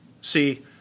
See